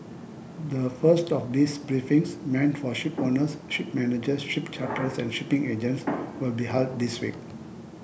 the first of these briefings meant for shipowners ship managers ship charterers and shipping agents will be held this week